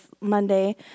Monday